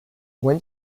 when